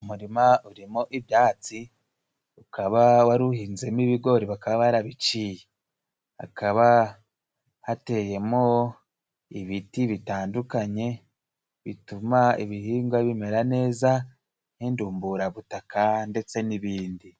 Umurima urimo ibyatsi, ukaba wari uhinzemo ibigori. Bakaba barabiciye, hakaba hateyemo ibiti bitandukanye bituma ibihingwa bimera neza nk'indumburabutaka ndetse n'ibindi.